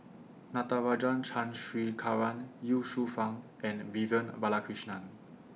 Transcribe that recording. Natarajan Chandrasekaran Ye Shufang and Vivian Balakrishnan